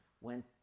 went